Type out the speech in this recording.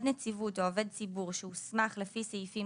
נציבות או עובד ציבור שהוסמך לפי סעיפים